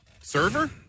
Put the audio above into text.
Server